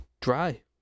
dry